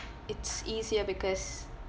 it's easier because